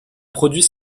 produit